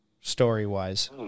story-wise